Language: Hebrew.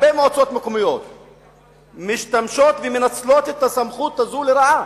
הרבה מועצות מקומיות משתמשות ומנצלות את הסמכות הזאת לרעה.